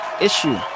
issue